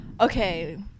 Okay